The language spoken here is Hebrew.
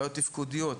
בעיות תפקודיות,